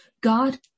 God